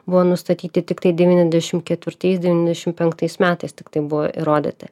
buvo nustatyti tiktai devyniasdešimt ketvirtais devyniasdešimt penktais metais tiktai buvo įrodyti